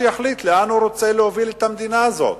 שיחליט לאן הוא רוצה להוביל את המדינה הזאת.